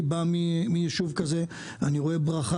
אני בא מיישוב כזה, ואני רואה ברכה